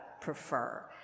prefer